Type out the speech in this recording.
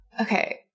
Okay